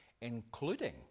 including